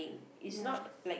ya